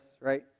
right